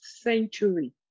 century